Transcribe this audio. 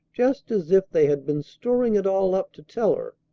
just as if they had been storing it all up to tell her.